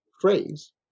phrase